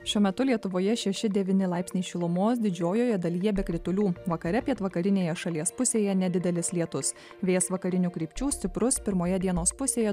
šiuo metu lietuvoje šeši devyni laipsniai šilumos didžiojoje dalyje be kritulių vakare pietvakarinėje šalies pusėje nedidelis lietus vėjas vakarinių krypčių stiprus pirmoje dienos pusėje